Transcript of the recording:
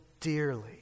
dearly